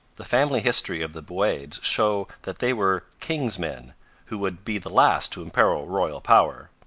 the family history of the buades shows that they were king's men who would be the last to imperil royal power.